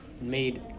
made